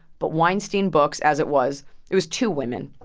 but weinstein books as it was it was two women.